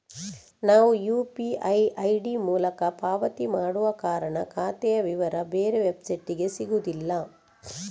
ನಾವು UPI ID ಮೂಲಕ ಪಾವತಿ ಮಾಡುವ ಕಾರಣ ಖಾತೆಯ ವಿವರ ಬೇರೆ ವೆಬ್ಸೈಟಿಗೆ ಸಿಗುದಿಲ್ಲ